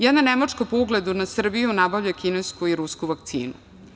Jedna Nemačka, po ugledu na Srbiju, nabavlja kinesku i rusku vakcinu.